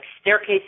staircase